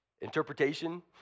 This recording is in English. Interpretation